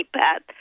Pat